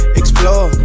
explore